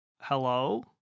hello